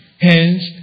Hence